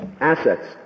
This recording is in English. assets